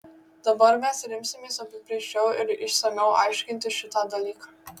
dabar mes ir imsimės apibrėžčiau ir išsamiau aiškinti šitą dalyką